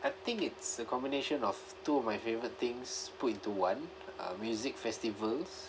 I think it's a combination of two of my favourite things put into one uh music festivals